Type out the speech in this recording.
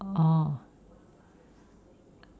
orh